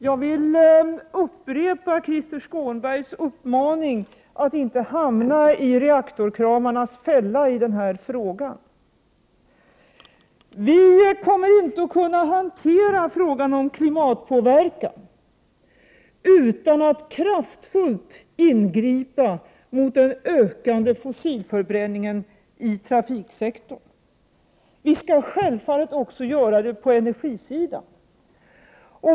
Jag vill upprepa Krister Skånbergs uppmaning att vi skall se till att inte hamna i reaktorkramarnas fälla i denna fråga. Vi kommer inte att kunna hantera frågan om klimatpåverkan utan att kraftfullt ingripa mot den ökande fossilförbränningen i trafiksektorn. Vi skall självfallet också göra det på energisidan.